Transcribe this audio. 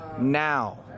now